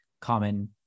common